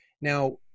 Now